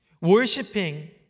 worshiping